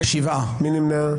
מי נמנע?